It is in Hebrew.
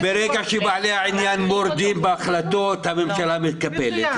דווקא כאן הלקח הוא שברגע שבעלי העניין מורדים בהחלטות הממשלה מתקפלת,